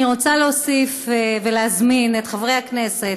אני רוצה להוסיף ולהזמין את חברי הכנסת: